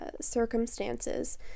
circumstances